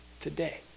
today